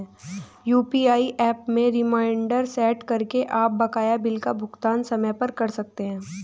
UPI app में reminder set करके आप बकाया बिल का भुगतान समय पर कर सकते हैं